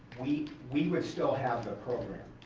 we we would still have the program.